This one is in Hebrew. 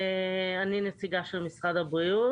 אני נציגה של משרד הבריאות,